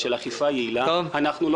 זה